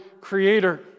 creator